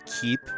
keep